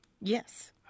Yes